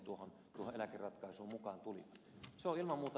se on ilman muuta virhe kuten ed